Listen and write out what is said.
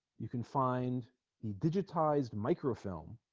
you can find the digitized microfilm